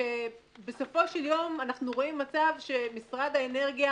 שבסופו של יום אנחנו רואים מצב שמשרד האנרגיה